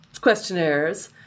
Questionnaires